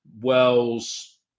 Wells